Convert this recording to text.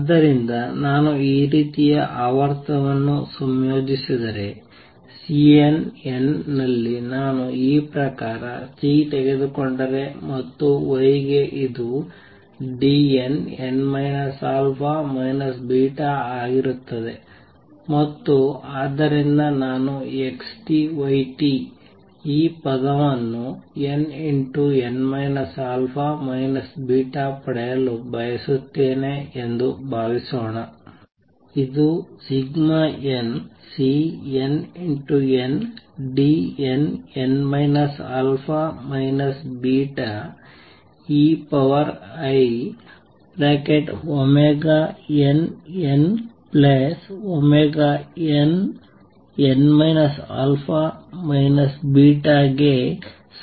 ಆದ್ದರಿಂದ ನಾನು ಈ ರೀತಿಯ ಆವರ್ತನವನ್ನು ಸಂಯೋಜಿಸುತ್ತಿದ್ದರೆ Cnn ನಲ್ಲಿ ನಾನು ಈ ಪ್ರಕಾರ C ತೆಗೆದುಕೊಂಡರೆ ಮತ್ತು y ಗೆ ಇದು Dnn α β ಆಗಿರುತ್ತದೆ ಮತ್ತು ಆದ್ದರಿಂದ ನಾನು X Y ಈ ಪದವನ್ನು nn α β ಪಡೆಯಲು ಬಯಸುತ್ತೇನೆ ಎಂದು ಭಾವಿಸೋಣ ಇದು nCnnDnn α βeinnnn α β ಗೆ ಸಮನಾಗಿರಬೇಕು